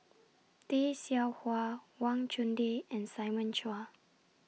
Tay Seow Huah Wang Chunde and Simon Chua